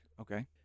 Okay